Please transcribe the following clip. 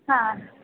ಹಾಂ